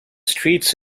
streets